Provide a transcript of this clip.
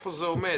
איפה זה עומד